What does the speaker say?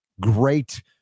great